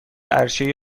عرشه